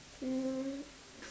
mm